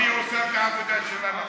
והיא עושה את העבודה שלה נכון.